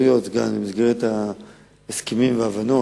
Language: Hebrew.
במסגרת ההסכמים וההבנות,